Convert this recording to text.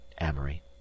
Amory